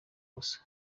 gusa